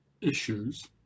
issues